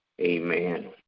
Amen